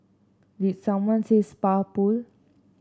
did someone say spa pool